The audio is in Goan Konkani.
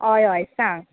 हय हय सांग